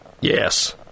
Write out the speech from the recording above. Yes